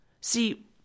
See